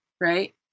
right